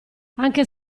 anche